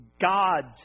God's